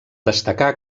destacar